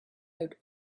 out